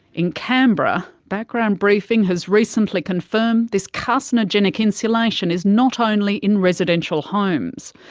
in canberra background briefing has recently confirmed this carcinogenic insulation is not only in residential homes.